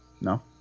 No